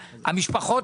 לא היום.